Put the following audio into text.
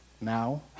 now